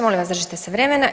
Molim vas držite se vremena.